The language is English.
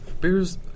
Bears